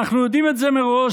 אנחנו יודעים את זה מראש,